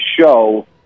show